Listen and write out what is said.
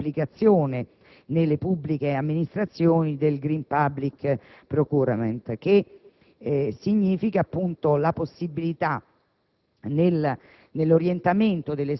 ormai è sempre più diffusa l'applicazione nelle pubbliche amministrazioni dei *green public procurement*, che significa appunto la possibilità